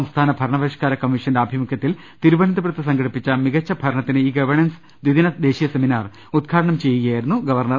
സംസ്ഥാന ഭരണപരിഷ്കാര കമ്മീഷന്റെ ആഭിമുഖ്യത്തിൽ തിരുവനന്തപുരത്ത് സംഘടിപ്പിച്ച മികച്ച ഭരണത്തിന് ഇ ഗവേണൻസ് ദ്വിദിന ദേശീയ സെമിനാർ ഉദ്ഘാടനം ചെയ്യുകയായിരുന്നു ഗവർണർ